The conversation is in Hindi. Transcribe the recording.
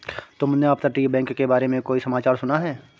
तुमने अपतटीय बैंक के बारे में कोई समाचार सुना है?